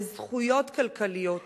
לזכויות כלכליות,